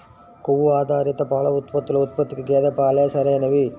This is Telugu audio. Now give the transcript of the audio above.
కొవ్వు ఆధారిత పాల ఉత్పత్తుల ఉత్పత్తికి గేదె పాలే సరైనవి